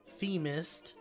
themist